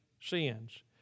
sins